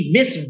Miss